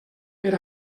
per